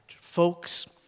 Folks